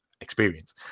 experience